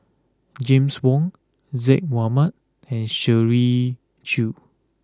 James Wong Zaqy Mohamad and Shirley Chew